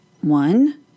one